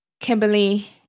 Kimberly